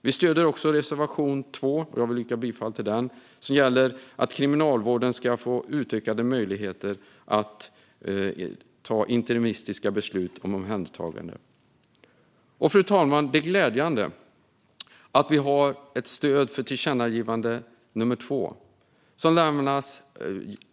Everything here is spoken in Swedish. Vi stöder också reservation 2, och jag yrkar bifall till den reservationen, som gäller att Kriminalvården ska få utökade möjligheter till att fatta interimistiska beslut om omhändertagande. Fru talman! Det är glädjande att det finns ett stöd för det andra tillkännagivandet.